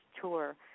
tour